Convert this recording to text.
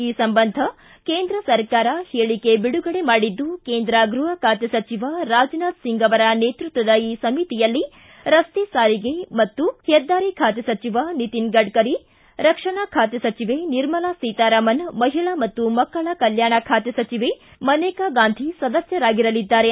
ಈ ಸಂಬಂಧ ಕೇಂದ್ರ ಸರ್ಕಾರ ಹೇಳಕೆ ಬಿಡುಗಡೆ ಮಾಡಿದ್ದು ಕೇಂದ್ರ ಗೃಹ ಖಾತೆ ಸಚಿವ ರಾಜನಾಥ್ ಸಿಂಗ್ ಅವರ ನೇತೃತ್ವದ ಈ ಸಮಿತಿಯಲ್ಲಿ ರಸ್ತೆ ಸಾರಿಗೆ ಮತ್ತು ಹೆದ್ದಾರಿ ಖಾತೆ ಸಚಿವ ನಿತಿನ್ ಗಡ್ಡರಿ ರಕ್ಷಣಾ ಖಾತೆ ಸಚಿವೆ ನಿರ್ಮಲಾ ಸೀತಾರಾಮನ್ ಮಹಿಳಾ ಮತ್ತು ಮಕ್ಕಳ ಕಲ್ಟಾಣ ಖಾತೆ ಸಚಿವೆ ಮನೇಕಾ ಗಾಂಧಿ ಸದಸ್ವರಾಗಿರಲಿದ್ದಾರೆ